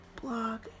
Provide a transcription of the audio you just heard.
blog